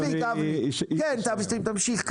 כן, תמשיך.